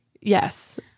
Yes